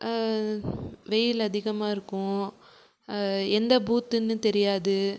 வெயில் அதிகமாக இருக்கும் எந்த பூத்துன்னு தெரியாது